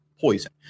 poison